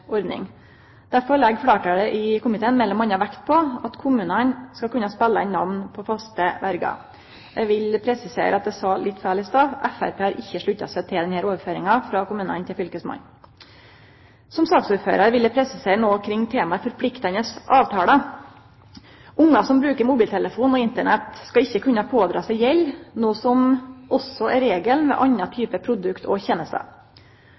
ordning. Derfor legg fleirtalet i komiteen m.a. vekt på at kommunane skal kunne spele inn namn på faste verjer. Eg vil presisere at eg sa litt feil i stad: Framstegspartiet har ikkje slutta seg til denne overføringa frå kommunane til fylkesmannen. Som saksordførar vil eg presisere noko kring temaet forpliktande avtalar. Ungar som brukar mobiltelefon og Internett, skal ikkje kunne dra på seg gjeld, noko som òg er regelen ved andre typar produkt og tenester.